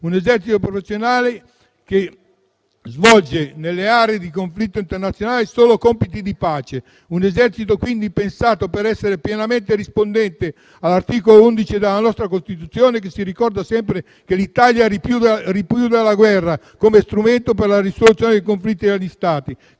un esercito professionale che svolge nelle aree di conflitto internazionale solo compiti di pace; un esercito quindi pensato per essere pienamente rispondente all'articolo 11 della nostra Costituzione. È utile ricordare sempre che l'Italia ripudia la guerra come strumento per la risoluzione dei conflitti tra gli Stati.